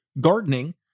gardening